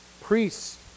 priests